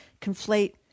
conflate